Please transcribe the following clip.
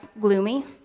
gloomy